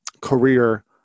career